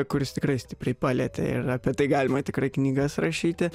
kuris tikrai stipriai palietė ir apie tai galima tikrai knygas rašyti